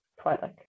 Twilight